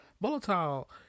volatile